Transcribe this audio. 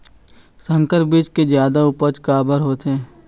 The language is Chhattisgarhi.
संकर बीज के जादा उपज काबर होथे?